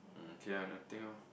um okay ah nothing lor